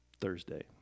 Thursday